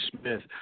Smith